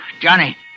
Johnny